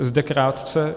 Zde krátce.